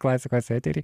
klasikos eterį